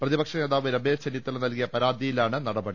പ്രതിപക്ഷ നേതാവ് രമേശ് ചെന്നിത്തല നല്കിയ പരാതിയി ലാണ് നടപടി